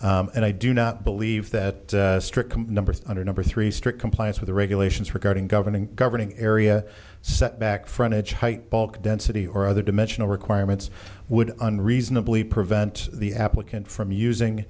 split and i do not believe that strict numbers under number three strict compliance with the regulations regarding governing governing area set back frontage height bulk density or other dimensional requirements would unreasonably prevent the applicant from using